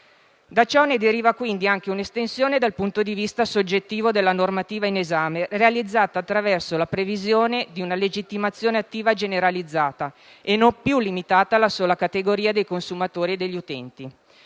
Da ciò deriva, quindi, anche un'estensione dal punto di vista soggettivo della normativa in esame, realizzata attraverso la previsione di una legittimazione attiva generalizzata e non più limitata alla sola categoria di consumatori ed utenti.